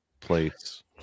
place